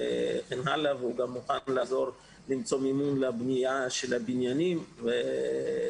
והוא גם מוכן לעזור למצוא מימון לבניה של הבניינים וכו'.